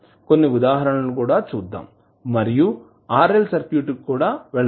కొన్ని ఉదాహరణలు కూడా చూద్దాం మరియు RL సర్క్యూట్ కూడా వెళదాం